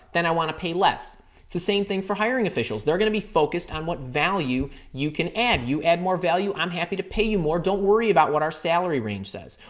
then i want to pay less. it's the same thing for hiring officials. they're going to be focused on what value you can add. you add more value, i'm happy to pay you more. don't worry about what our salary range says.